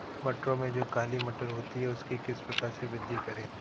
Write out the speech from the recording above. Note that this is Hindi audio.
मटरों में जो काली मटर होती है उसकी किस प्रकार से वृद्धि करें?